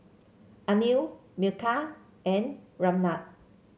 Anil Milkha and Ramnath